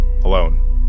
alone